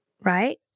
right